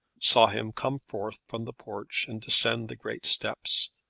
saw him come forth from the porch and descend the great steps,